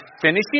finishing